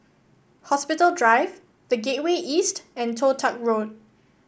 Hospital Drive The Gateway East and Toh Tuck Road